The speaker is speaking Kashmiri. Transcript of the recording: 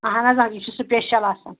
اَہن حظ آ یہِ چھُ سِپیشل آسان